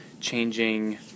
changing